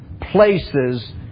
places